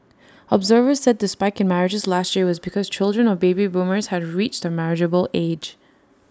observers said the spike in marriages last year was because children of baby boomers had reached the marriageable age